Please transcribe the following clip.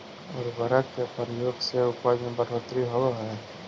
उर्वरक के प्रयोग से उपज में बढ़ोत्तरी होवऽ हई